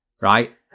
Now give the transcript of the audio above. Right